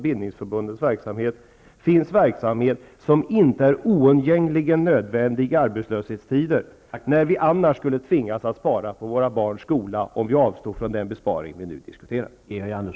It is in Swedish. bildningsförbundens verksamhet, finns verksamhet som inte är oundgängligen nödvändig i arbetslöshetstider, när vi annars skulle tvingas att spara på våra barns skola, dvs. om vi avstod från den besparing som vi nu diskuterar.